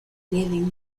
living